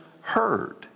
heard